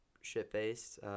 shit-faced